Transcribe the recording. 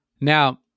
Now